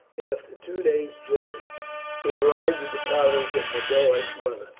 after two days' journey he arrived at the cottage of boduoc's mother.